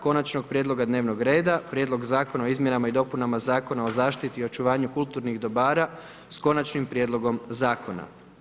Konačnog prijedloga dnevnog reda, prijedlog Zakona o izmjenama i dopunama Zakona o zaštiti i očuvanju kulturnih dobara s konačnim prijedlogom zakona.